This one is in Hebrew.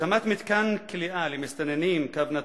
הקמת מתקן כליאה למסתננים/פליטים